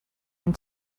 and